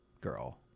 girl